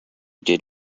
did